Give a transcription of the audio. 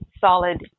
solid